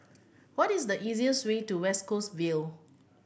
what is the easiest way to West Coast Vale